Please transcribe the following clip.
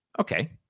okay